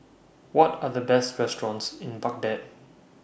What Are The Best restaurants in Baghdad